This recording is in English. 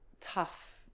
tough